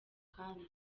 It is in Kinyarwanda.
kandi